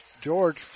George